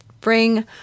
bring